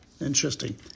Interesting